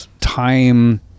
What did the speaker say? time